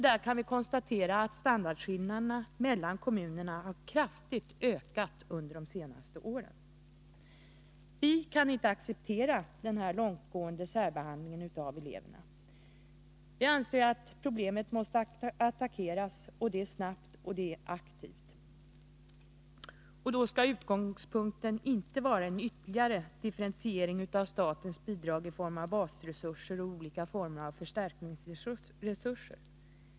Vi kan konstatera att standardskillnaderna mellan kommunerna har ökat kraftigt under de senaste åren. Vi kan inte acceptera denna långtgående särbehandling av eleverna. Problemet måste attackeras, och det snabbt och aktivt. Utgångspunkten skall då inte vara en ytterligare differentiering av statens bidrag i form av basresurser och olika former av förstärkningsresurser.